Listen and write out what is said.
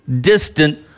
distant